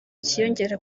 kiyongera